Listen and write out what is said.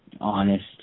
honest